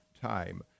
time